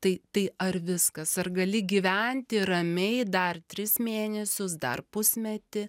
tai tai ar viskas ar gali gyventi ramiai dar tris mėnesius dar pusmetį